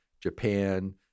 Japan